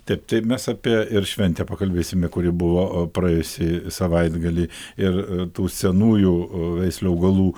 taip taip mes apie ir šventę pakalbėsime kuri buvo praėjusį savaitgalį ir tų senųjų veislių augalų